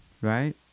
right